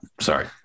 sorry